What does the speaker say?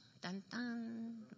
dun-dun